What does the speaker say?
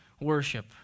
worship